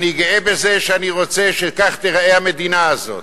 אני גאה בזה שאני רוצה שכך תיראה המדינה הזאת.